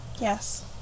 Yes